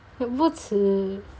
不只